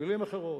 במלים אחרות,